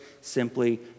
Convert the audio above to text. simply